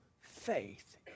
faith